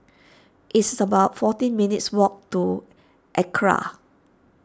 it's about fourteen minutes' walk to Acra